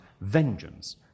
vengeance